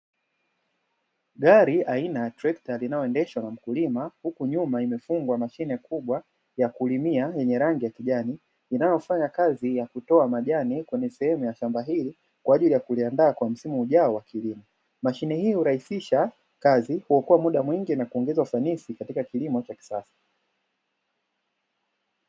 Gari aina ya trekta, linaloendeshwa na mkulima, huku nyuma imefungwa mashine kubwa ya kulimia yenye rangi ya kijani, linalofanya kazi ya kutoa majani kwenye sehemu ya shamba hili, kwa ajili ya kuliandaa na msimu ujao wa kilimo. Mashine hii hurahisisha kazi, huokoa muda mwingi na kuongeza ufanisi katika kilimo cha kisasa.